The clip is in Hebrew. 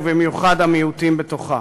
ובמיוחד המיעוטים בתוכה.